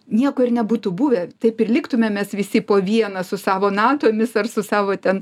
nieko ir nebūtų buvę taip ir liktume mes visi po vieną su savo natomis ar su savo ten